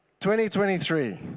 2023